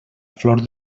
flor